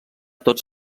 tots